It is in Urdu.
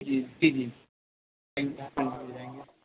جی جی مل جائیں گے